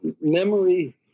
Memory